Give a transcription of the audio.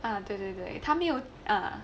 ah 对对对对他没有 ah